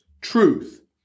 Truth